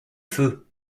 feu